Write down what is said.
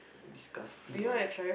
disgusting ah